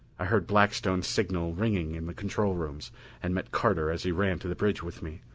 i heard blackstone's signals ringing in the control rooms and met carter as he ran to the bridge with me.